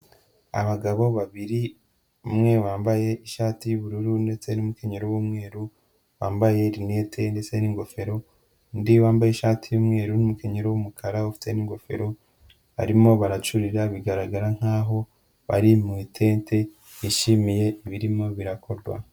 Abagabo babiri umwe wambaye ishati y'ubururu ndetse n'umukenyero w'umweru, wambaye rinete ndetse n'ingofero, undi wambaye ishati y'umweru n'umukenyero w'umukara ufite n'ingofero, barimo baracurira bigaragara nkaho bari mu itente bishimiye ibirimo birakorwa.